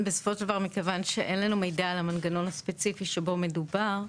מכיוון שאין לנו מידע על המנגנון הספציפי שבו מדובר,